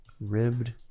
Ribbed